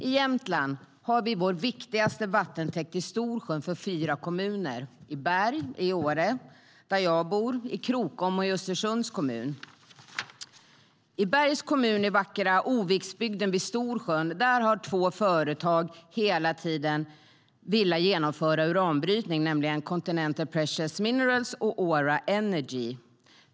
I Jämtland har fyra kommuner sin viktigaste vattentäkt i Storsjön. Det gäller Bergs kommun, Åre kommun, där jag bor, Krokoms kommun och Östersunds kommun. I Bergs kommun i den vackra Oviksbygden vid Storsjön har två företag hela tiden velat genomföra uranbrytning. Det handlar om Continental Precious Minerals och Aura Energy.